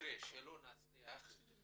במקרה שלא נצליח.